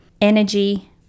energy